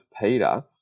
Peter